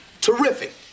Terrific